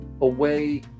away